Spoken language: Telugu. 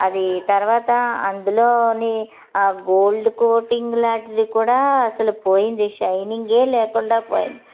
అది తర్వాత అందులోని ఆ గోల్డ్ కోటింగ్ లాంటిది కూడా అసలు పోయింది షయినింగే లేకుండా పోయింది